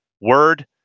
word